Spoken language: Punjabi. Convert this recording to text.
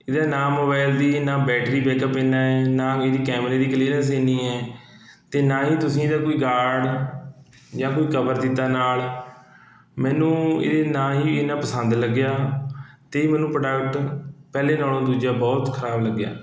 ਇਹਦਾ ਨਾ ਮੋਬਾਇਲ ਦੀ ਨਾ ਬੈਟਰੀ ਬੈਕਅਪ ਐਨਾ ਹੈ ਨਾ ਇਹਦੀ ਕੈਮਰੇ ਦੀ ਕਲੀਅਰੈਂਸ ਐਨੀ ਹੈ ਅਤੇ ਨਾ ਹੀ ਤੁਸੀਂ ਇਹਦਾ ਕੋਈ ਗਾਰਡ ਜਾਂ ਕੋਈ ਕਵਰ ਦਿੱਤਾ ਨਾਲ ਮੈਨੂੰ ਇਹ ਨਾ ਹੀ ਇੰਨਾ ਪਸੰਦ ਲੱਗਿਆ ਅਤੇ ਮੈਨੂੰ ਪ੍ਰੋਡਕਟ ਪਹਿਲੇ ਨਾਲੋਂ ਦੂਜਾ ਬਹੁਤ ਖਰਾਬ ਲੱਗਿਆ